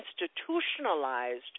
institutionalized